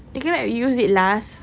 you cannot like use it last